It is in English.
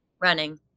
Running